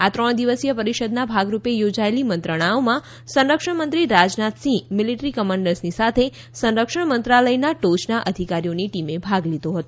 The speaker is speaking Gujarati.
આ ત્રણ દિવસીય પરિષદમાં ભાગરૂપે યોજાયેલી મંત્રણાઓમાં સંરક્ષણમંત્રી રાજનાથસિંહ મિલિટરી કમાન્ડર્સની સાથે સંરક્ષણ મંત્રાલયના ટોચના અધિકારીઓની ટીમે ભાગ લીધો હતો